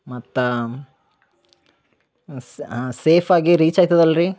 ಮತ್ತು ಸೇಫಾಗಿ ರೀಚ್ ಐತದ ಅಲ್ರಿ